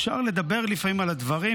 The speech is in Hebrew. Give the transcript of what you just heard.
אפשר לדבר לפעמים על הדברים,